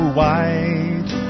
white